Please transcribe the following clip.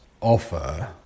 offer